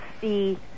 see